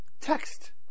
Text